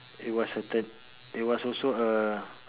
it was a turn it was also a